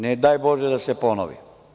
Ne daj Bože da se ponovi.